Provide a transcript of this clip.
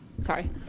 Sorry